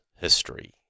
history